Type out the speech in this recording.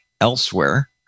elsewhere